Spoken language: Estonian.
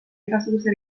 igasuguse